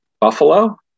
buffalo